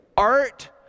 Art